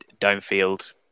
downfield